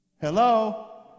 Hello